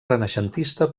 renaixentista